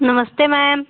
नमस्ते मैम